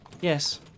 Yes